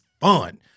fun